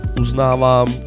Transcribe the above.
uznávám